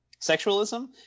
sexualism